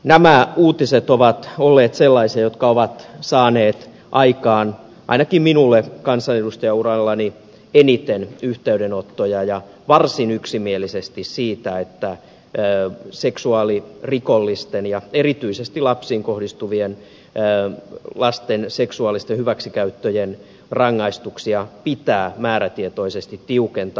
nämä uutiset ovat olleet sellaisia jotka ovat saaneet aikaan ainakin minulle kansanedustajaurallani eniten yhteydenottoja ja varsin yksimielisesti siitä että seksuaalirikollisten ja erityisesti lapsiin kohdistuvien lasten seksuaalisten hyväksikäyttöjen rangaistuksia pitää määrätietoisesti tiukentaa